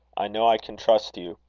i know i can trust you.